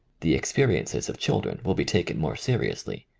the experiences of children will be taken more seriously.